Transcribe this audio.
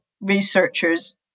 researchers